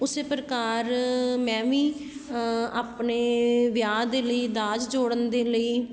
ਉਸੇ ਪ੍ਰਕਾਰ ਮੈਂ ਵੀ ਆਪਣੇ ਵਿਆਹ ਦੇ ਲਈ ਦਾਜ ਜੋੜਨ ਦੇ ਲਈ